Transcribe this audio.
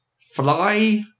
Fly